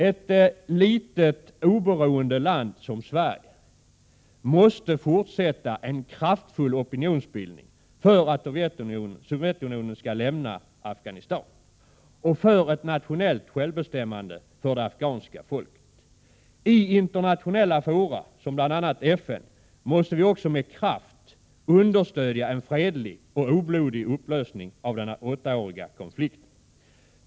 Ett litet oberoende land som Sverige måste fortsätta en kraftfull opinionsbildning för att Sovjetunionien skall lämna Afghanistan och för ett nationellt självbestämmande för det afghanska folket. I internationella fora, bl.a. FN, måste vi också med all kraft understödja en fredlig och oblodig upplösning av den åttaåriga konflikten.